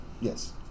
yes